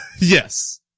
Yes